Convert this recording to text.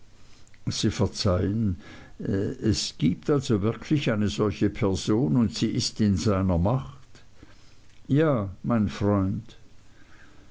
sie verzeihen es gibt also wirklich eine solche person und sie ist in seiner macht ja mein freund